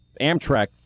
Amtrak